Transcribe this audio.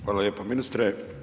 Hvala lijepo ministre.